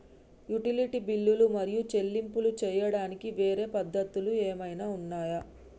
Utility బిల్లులు మరియు చెల్లింపులు చేయడానికి వేరే పద్ధతులు ఏమైనా ఉన్నాయా?